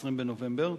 ב-20 בנובמבר,